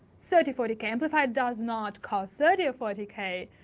thirty, forty k amplifier, does not because thirty or forty k.